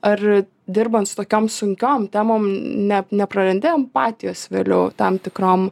ar dirbant su tokiom sunkiom temom ne neprarandi empatijos vėliau tam tikrom